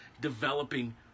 developing